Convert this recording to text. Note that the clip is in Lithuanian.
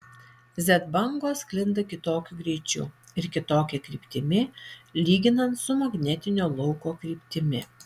z bangos sklinda kitokiu greičiu ir kitokia kryptimi lyginant su magnetinio lauko kryptimi